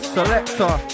Selector